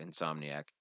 insomniac